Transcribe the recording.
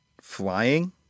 flying